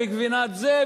וגבינת זה,